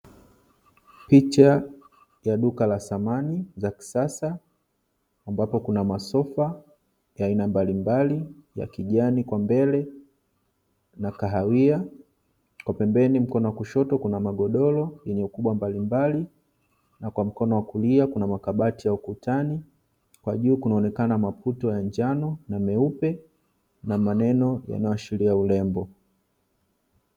Picha ya duka la samani za kisasa ambapo kuna masofa ya aina mbalimbali ya kijani kwa mbele na kahawia, kwa pembeni mkono wa kushoto kuna magodoro yenye ukubwa mbalimbali na kwa mkono wa kulia kuna makabati ya ukutani, kwa juu kunaonekana maputo ya njano na meupe na maneno yanayoashiria urembo.